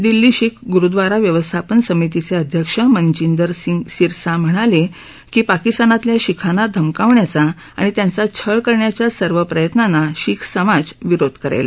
दिल्ली शिख ग्रुद्वारा व्यवस्थापन समितीचे अध्यक्ष मनजिंदर सिंग सिरसा म्हणाले की पाकिस्तानातील शिखांना धमकावण्याच्या आणि त्यांचा छळ करण्याच्या सर्व प्रयत्नांना शिख समाज विरोध करेल